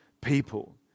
people